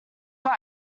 got